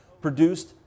produced